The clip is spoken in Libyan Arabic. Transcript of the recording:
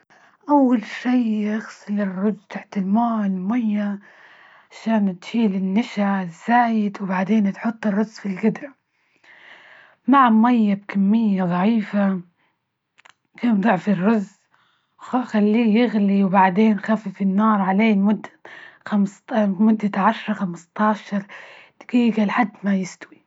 أول شي أغسل الرز تحت الماء الميه عشان تشيل النشا الزايد وبعدين تحط الرز في الجدره، مع مية بكمية ضعيفة، كم ضعف الرز، خليه يغلي وبعدين خفف النار عليه لمدة خمسة مدة عشرة، خمسة عشر دجيجة لحد ما يستوي.